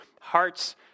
Hearts